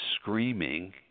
screaming